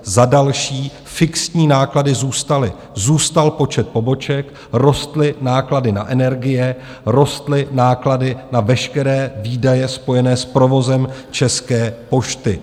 Za další, fixní náklady zůstaly, zůstal počet poboček, rostly náklady na energie, rostly náklady na veškeré výdaje spojené s provozem České pošty.